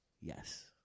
Yes